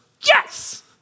Yes